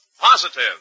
positive